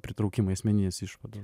pritraukimai esminės išvados